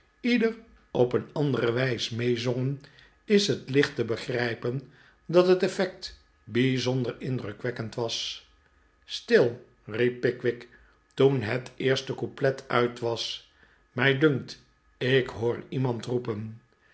ieder op een andere wijs meezongen is het licht te begrijpen dat het effect bijzonder indrukwekkend was stil riep pickwick toen het eerste couplet uit was mij dunkt ik hoor iemand roepen